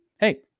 Hey